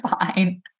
fine